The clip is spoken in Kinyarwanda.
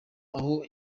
aho